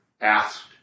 asked